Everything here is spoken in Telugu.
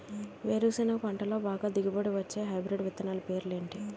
వేరుసెనగ పంటలో బాగా దిగుబడి వచ్చే హైబ్రిడ్ విత్తనాలు పేర్లు ఏంటి?